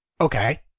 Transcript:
Okay